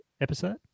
episode